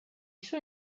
suoi